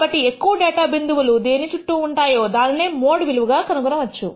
కాబట్టి ఎక్కువ డేటా బిందువులు దేని చుట్టూ ఉంటాయో దానినే మోడ్ విలువ గా కనుగొనవచ్చు